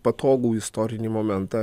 patogų istorinį momentą